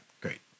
great